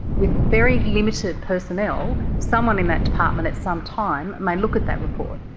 with very limited personnel, someone in that department at some time may look at that report,